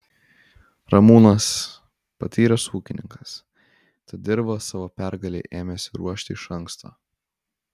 ramūnas patyręs ūkininkas tad dirvą savo pergalei ėmėsi ruošti iš anksto